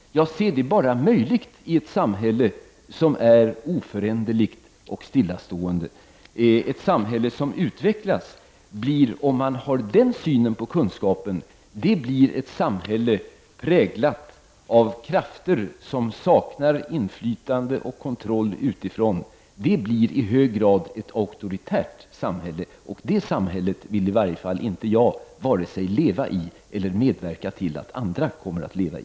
Jag ser det bara som möjligt i ett samhälle som är oföränderligt och stillastående. Ett samhälle som utvecklas blir, om man har den synen på kunskapen, präglat av krafter som saknar inflytande och kontroll utifrån. Det blir i hög grad ett auktoritärt samhälle. Ett sådant samhälle vill i varje fall inte jag leva i eller medverka till att andra kommer att leva i.